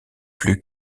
plus